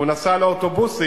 הוא נסע באוטובוסים